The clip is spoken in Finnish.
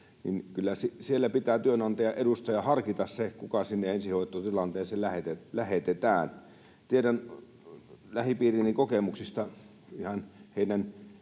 niin kyllä siellä pitää työnantajan edustajan harkita se, kuka sinne ensihoitotilanteeseen lähetetään. Tiedän lähipiirini kokemuksista ihan heidän